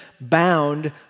bound